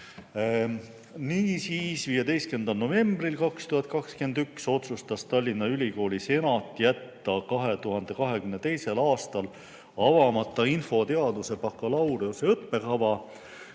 Niisiis, 15. novembril 2021 otsustas Tallinna Ülikooli senat jätta 2022. aastal avamata infoteaduse bakalaureuse õppekava,